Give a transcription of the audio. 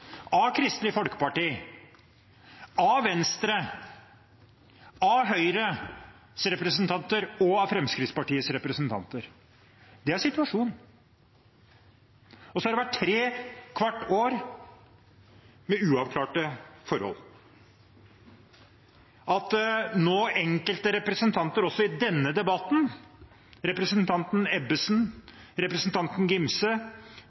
av Kristelig Folkepartis, Venstres, Høyres og Fremskrittspartiets representanter. Det er situasjonen. Så har det vært trekvart år med uavklarte forhold. At enkelte representanter også nå i denne debatten – representanten Ebbesen, representanten Gimse,